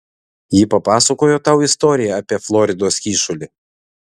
ji papasakojo tau istoriją apie floridos kyšulį